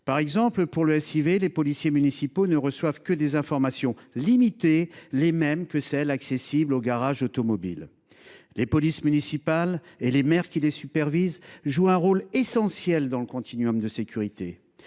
par exemple, les policiers municipaux ne reçoivent que des informations limitées, les mêmes que celles qui sont accessibles aux garages automobiles. Les polices municipales et les maires qui les supervisent jouent un rôle essentiel dans le continuum de sécurité.